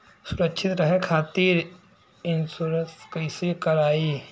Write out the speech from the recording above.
सुरक्षित रहे खातीर इन्शुरन्स कईसे करायी?